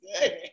good